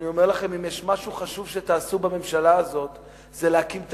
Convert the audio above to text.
אם יש משהו שחשוב שתעשו בממשלה הזאת זה להקים את